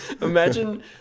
Imagine